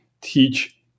teach